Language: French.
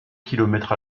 kilomètres